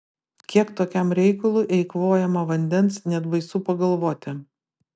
kiek tokiam reikalui eikvojama vandens net baisu pagalvoti